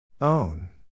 Own